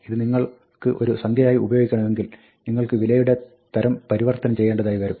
ഇത് നിങ്ങൾക്ക് ഒരു സംഖ്യയായി ഉപയോഗിക്കണമെങ്കിൽ നിങ്ങൾക്ക് വിലയുടെ തരം പരിവർത്തനം ചെയ്യേണ്ടതായി വരും